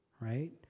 right